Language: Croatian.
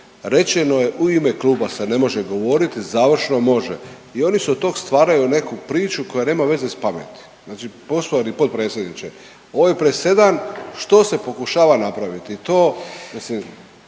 Rečeno je u ime kluba se ne može govoriti, završno može. I oni su od tog stvaraju neku priču koja nema veze s pameti. Znači poštovani potpredsjedniče ovo je presedan što se pokušava napraviti